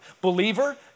Believer